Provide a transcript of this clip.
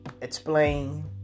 explain